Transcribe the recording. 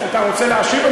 אתה רוצה להשיב?